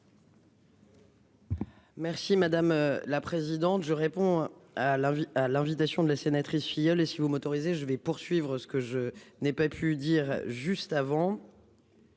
Merci madame la présidente, je réponds à la vie à l'invitation de la sénatrice filleul et si vous m'autorisez, je vais poursuivre ce que je n'ai pas pu dire juste avant.